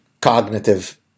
cognitive